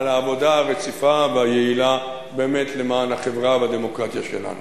על העבודה הרציפה והיעילה למען החברה והדמוקרטיה שלנו.